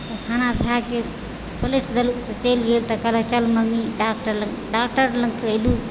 तऽ खाना भए गेल पलटि देलहुँ तऽ चलि गेल कहलक चल मम्मी डाक्टर लग डाक्टर लगसँ अयलहुँ